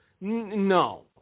No